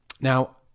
now